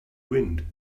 wind